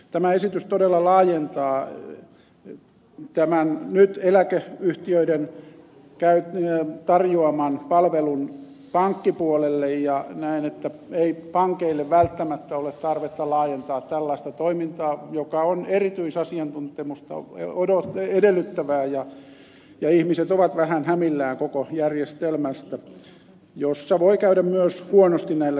tämä esitys todella laajentaa tämän nyt eläkeyhtiöiden tarjoaman palvelun pankkipuolelle ja näen että ei pankeille välttämättä ole tarvetta laajentaa tällaista toimintaa joka on erityisasiantuntemusta edellyttävää ja ihmiset ovat vähän hämillään koko järjestelmästä jossa voi käydä myös huonosti näille sijoituksille